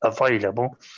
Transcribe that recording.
available